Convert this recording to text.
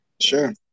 Sure